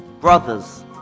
Brothers